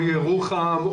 כמו ירוחם,